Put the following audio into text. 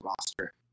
roster